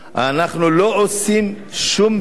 אנחנו לא עושים שום פגיעה